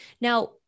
Now